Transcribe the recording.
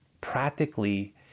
practically